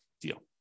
deal